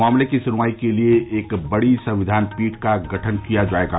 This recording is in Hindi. मामले की सुनवाई के लिए एक बड़ी संविधान पीठ का गठन किया जायेगा